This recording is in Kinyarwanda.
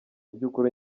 by’ukuri